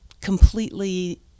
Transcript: completely